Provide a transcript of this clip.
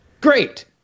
Great